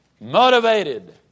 Motivated